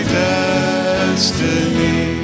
destiny